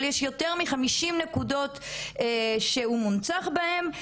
אבל יש יותר מ- 50 נקודות שהוא מונצח בהן,